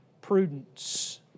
prudence